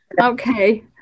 okay